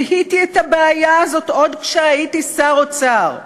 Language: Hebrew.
זיהיתי את הבעיה הזאת עוד כשהייתי שר אוצר,